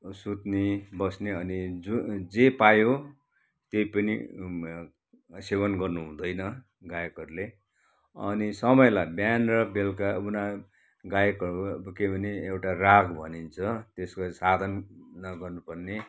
सुत्ने बस्ने अनि जे पायो त्यो पनि सेवन गर्नु हुँदैन गायकहरूले अनि समयलाई बिहान र बेलुका उनीहरू गायकहरू के भने एउटा राग भनिन्छ त्यसलाई साधना गर्नुपर्ने